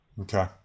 Okay